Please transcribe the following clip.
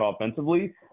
offensively